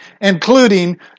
including